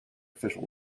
official